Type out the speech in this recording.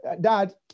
Dad